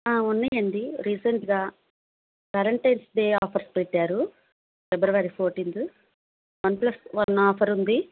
ఉన్నాయండి రీసెంట్గా valentine's day offers పెట్టారు February fourteenth one plus one offer ఉంది